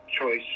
choice